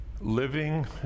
Living